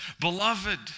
Beloved